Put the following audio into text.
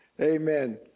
Amen